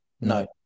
No